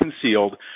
Concealed